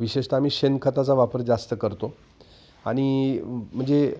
विशेषता आम्ही शेणखताचा वापर जास्त करतो आणि म्हणजे